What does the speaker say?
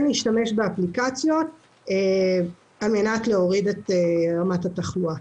להשתמש באפליקציות על מנת להוריד את רמת התחלואה.